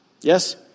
Yes